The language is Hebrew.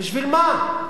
בשביל מה?